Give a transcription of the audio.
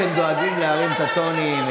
אתם דואגים להרים את הטונים,